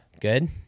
good